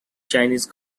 chinese